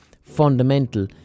fundamental